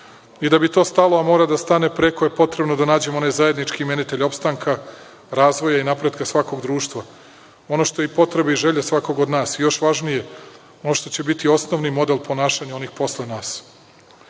je. Da bi to stalo, a mora da stane, preko je potrebno da nađemo onaj zajednički imenitelj opstanka razvoja i napretka svakog društva. Ono što je potreba i želja svakog od nas, još važnije, ono što će biti osnovni model u ponašanju onih posle nas. Na